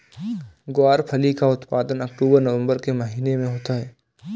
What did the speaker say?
ग्वारफली का उत्पादन अक्टूबर नवंबर के महीने में होता है